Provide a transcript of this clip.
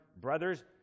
brothers